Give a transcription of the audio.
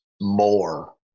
more